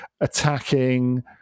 attacking